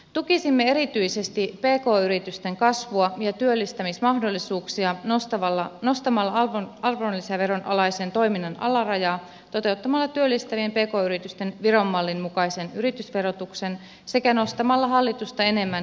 tukisimme erityisesti pk yritysten kasvua ja työllistämismahdollisuuksia nostamalla arvonlisäveron alaisen toiminnan alarajaa toteuttamalla työllistävien pk yritysten viron mallin mukaisen yhteisöverotuksen sekä nostamalla hallitusta enemmän kotitalousvähennyksen määrää